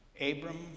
Abram